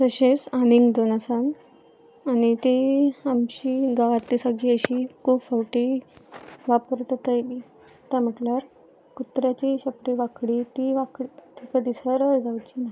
तशेंच आनीक दोन आसा आनी ती आमची गांवांतली सगळीं अशी खूब फावटी वापरतकाय बी म्हटल्यार कुत्र्याची शेपटी वांकडी ती वांकडी ताका दिसर रळ जावची ना